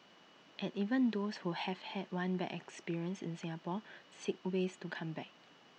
and even those who have had one bad experience in Singapore seek ways to come back